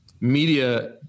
media